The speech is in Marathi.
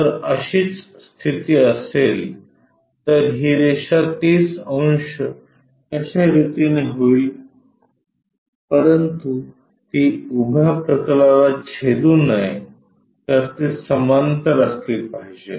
जर अशीच स्थिती असेल तर ही रेषा 30 अंश कश्या रितीने होईल परंतु ती उभ्या प्रतलाला छेदू नये तर ती समांतर असली पाहिजे